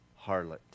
harlot